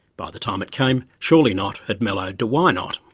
by the time it came surely not had mellowed to why not.